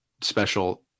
special